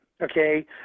okay